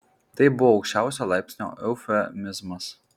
tai buvo aukščiausio laipsnio eufemizmas